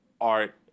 art